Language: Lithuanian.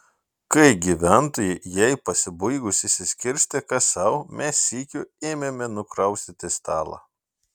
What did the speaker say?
kai gyventojai jai pasibaigus išsiskirstė kas sau mes sykiu ėmėme nukraustyti stalą